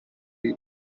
read